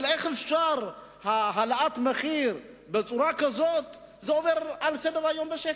אבל איך אפשר שהעלאת המחיר בצורה כזאת עוברת בשקט?